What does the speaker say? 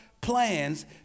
plans